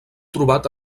trobat